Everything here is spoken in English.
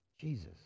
Jesus